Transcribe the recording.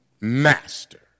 Master